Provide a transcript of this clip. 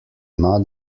not